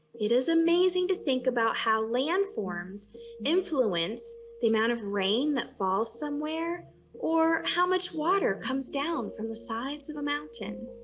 it is amazing to think about how landforms influence the amount of rain that falls somewhere or how much water comes down from the sides of a mountain.